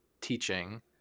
teaching